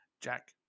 Jack